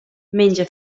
menja